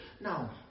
Now